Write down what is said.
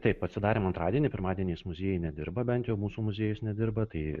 taip atsidarėm antradienį pirmadieniais muziejai nedirba bent jau mūsų muziejus nedirba tai